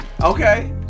Okay